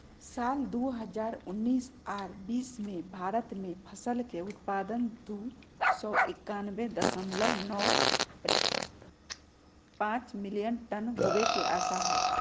साल दू हजार उन्नीस आर बीस मे भारत मे फसल के उत्पादन दू सौ एकयानबे दशमलव नौ पांच मिलियन टन होवे के आशा हय